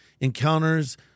encounters